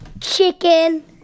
Chicken